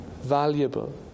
valuable